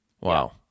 Wow